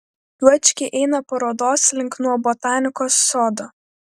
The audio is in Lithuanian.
juočkiai eina parodos link nuo botanikos sodo